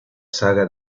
saga